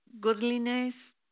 goodliness